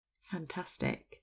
Fantastic